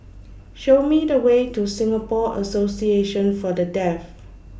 Show Me The Way to Singapore Association For The Deaf